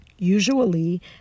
Usually